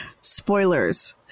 Spoilers